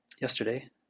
yesterday